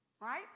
Right